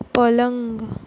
पलंग